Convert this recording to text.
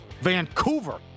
Vancouver